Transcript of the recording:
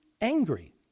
angry